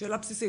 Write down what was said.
שאלה בסיסית.